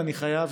אני חייב,